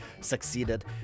succeeded